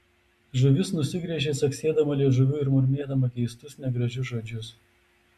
žuvis nusigręžė caksėdama liežuviu ir murmėdama keistus negražius žodžius